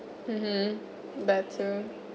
mmhmm better